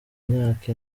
myaka